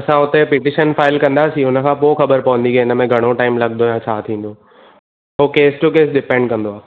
असां हुते petition file कंदासीं हुनखां पोइ ख़बरु पवंदी की हिन में घणो टाइम लॻंदो या छा थींदो पोइ केस टू केस डिपेंड कंदो आहे